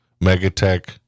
megatech